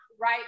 Right